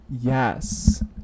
yes